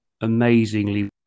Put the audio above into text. amazingly